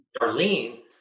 Darlene